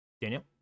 daniel